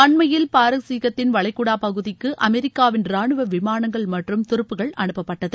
அண்மையில் பாரசீகத்தின் வளைகுடா பகுதிக்கு அமெரிக்காவின் ரானுவ விமானங்கள் மற்றும் துருப்புக்கள் அனுப்பப்பட்டது